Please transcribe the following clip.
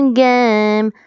game